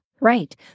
Right